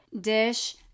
dish